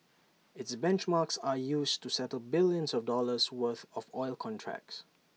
its benchmarks are used to settle billions of dollars worth of oil contracts